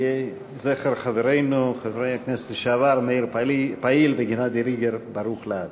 יהי זכר חברינו חברי הכנסת לשעבר מאיר פעיל וגנדי ריגר ברוך לעד.